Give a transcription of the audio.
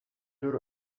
tür